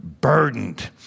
burdened